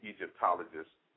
Egyptologists